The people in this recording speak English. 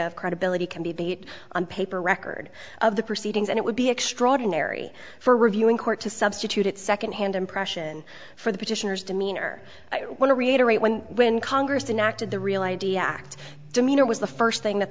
of credibility can be beat on paper record of the proceedings and it would be extraordinary for review in court to substitute it secondhand impression for the petitioners demeanor i want to reiterate when when congress enacted the real i d act demeanor was the first thing that